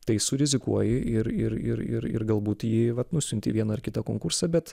tai surizikuoji ir ir ir ir ir galbūt ji vat nusiunti į vieną ar kitą konkursą bet